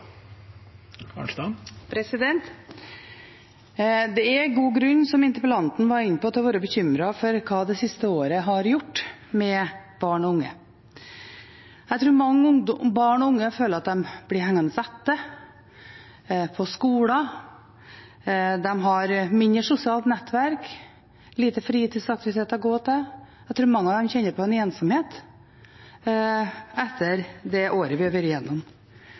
god grunn til, som interpellanten var inne på, å være bekymret for hva det siste året har gjort med barn og unge. Jeg tror mange barn og unge føler at de blir hengende etter på skolen, de har mindre sosialt nettverk, lite fritidsaktiviteter å gå til. Jeg tror mange av dem kjenner på en ensomhet etter det året vi har vært igjennom.